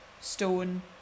stone